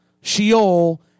Sheol